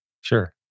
Sure